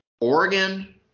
Oregon